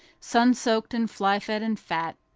sun-soaked and fly-fed and fat,